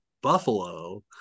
buffalo